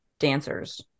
dancers